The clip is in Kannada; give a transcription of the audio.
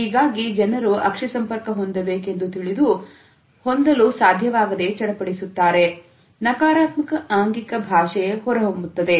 ಹೀಗಾಗಿ ಜನರು ಅಕ್ಷಿ ಸಂಪರ್ಕ ಹೊಂದಬೇಕೆಂದು ತಿಳಿದು ಹೊಂದಲು ಸಾಧ್ಯವಾಗದೇ ಚಡಪಡಿಸುವಾಗ ನಕಾರಾತ್ಮಕ ಆಂಗಿಕ ಭಾಷೆ ಹೊರಹೊಮ್ಮುತ್ತದೆ